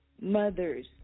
mothers